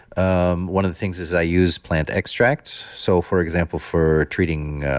um one of the things is i use plant extracts. so for example, for treating,